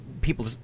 people